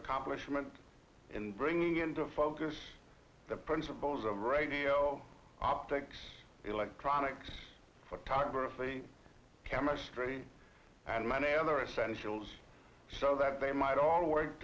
accomplishment in bringing into focus the principles of optics electronics photography chemistry and many other essentials so that they might all work